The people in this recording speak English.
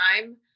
time